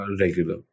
regular